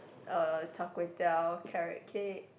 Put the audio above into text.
uh Char-Kway-Teow carrot cake